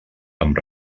amb